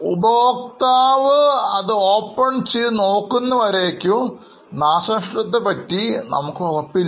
ഉപഭോക്താവ് തുറന്നു നോക്കുന്നത് വരേയ്ക്കും നാശനഷ്ടത്തെ പറ്റി നമുക്ക് ഉറപ്പില്ല